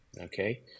Okay